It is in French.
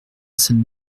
cette